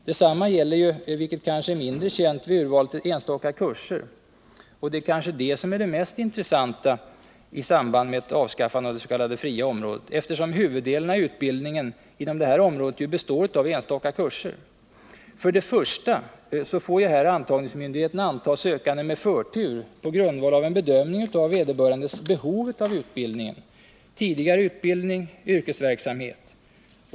Detsamma gäller, vilket kanske är mindre känt, vid urval till enstaka kurser. Och det är kanske det som är det mest intressanta i samband med ett avskaffande av det s.k. fria området, eftersom huvuddelen av utbildningen inom detta område ju består av enstaka kurser. För det första får här antagningsmyndigheten anta sökande med förtur på grundval av en bedömning av vederbörandes behov av utbildningen, tidigare utbildning och yrkesverksamhet.